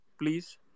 please